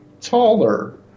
taller